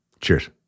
Cheers